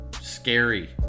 scary